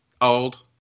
old